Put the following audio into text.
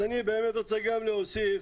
רוצה להוסיף,